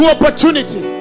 opportunity